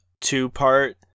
two-part